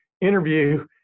interview